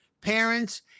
parents